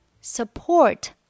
Support